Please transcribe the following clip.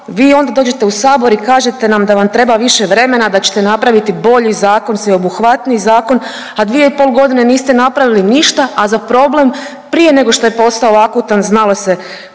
vi onda dođete u sabor i kažete nam da vam treba više vremena da ćete napraviti bolji zakon, sveobuhvatniji zakon, a 2,5 godine niste napravili ništa, a za problem prije nego što je postao akutan znalo se